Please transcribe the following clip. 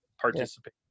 participate